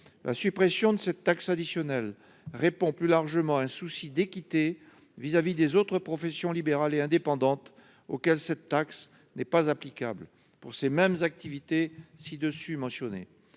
La suppression de cette taxe additionnelle répond plus largement à un souci d'équité à l'égard des autres professions libérales et indépendantes auxquelles cette taxe n'est pas applicable, pour les activités ci-dessus mentionnées.